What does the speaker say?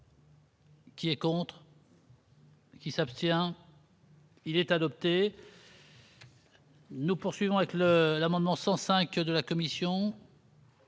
Qui est contre. Qui s'abstient. Il est adopté. Nous poursuivons avec le l'amendement 105 de la Commission.